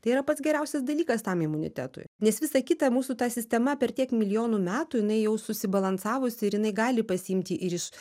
tai yra pats geriausias dalykas tam imunitetui nes visa kita mūsų ta sistema per tiek milijonų metų jinai jau susibalansavusi ir jinai gali pasiimti ir iš